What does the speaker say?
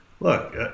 Look